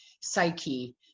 psyche